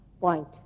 point